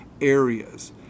areas